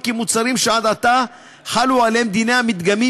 כי מוצרים שעד עתה חלו עליהם דיני המדגמים,